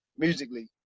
Musically